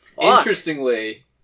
Interestingly